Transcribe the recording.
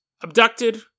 abducted